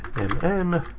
then